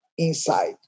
inside